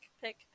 pick